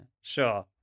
Sure